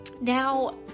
Now